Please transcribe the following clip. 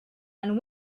and